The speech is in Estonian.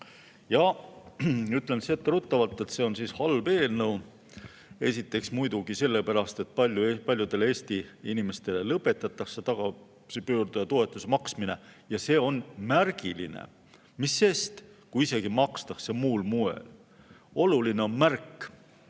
Ja ütlen etteruttavalt, et see on halb eelnõu. Esiteks muidugi sellepärast, et paljudele Eesti inimestele lõpetatakse tagasipöörduja toetuse maksmine. Ja see on märgiline. Mis sest, kui isegi makstakse muul moel. Oluline on märk.